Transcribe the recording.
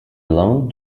long